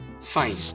Fine